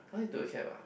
!huh! you took a cab ah